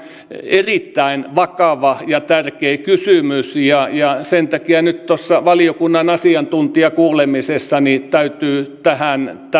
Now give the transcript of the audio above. erittäin vakava ja tärkeä kysymys ja ja sen takia nyt tuossa valiokunnan asiantuntijakuulemisessa täytyy tähän